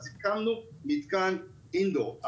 אז הקמנו מתקן indoor,